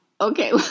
Okay